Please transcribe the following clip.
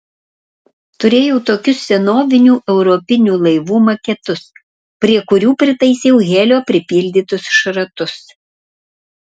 turėjau tokius senovinių europinių laivų maketus prie kurių pritaisiau helio pripildytus šratus